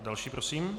Další prosím.